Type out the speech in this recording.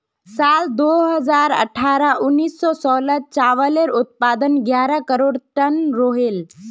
साल दो हज़ार अठारह उन्नीस सालोत चावालेर उत्पादन ग्यारह करोड़ तन रोहोल